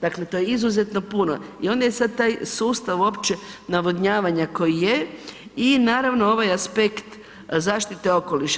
Dakle, to je izuzetno puno i onda je sad taj sustav uopće navodnjavanja koji je i naravno ovaj aspekt zaštite okoliša.